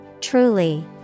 Truly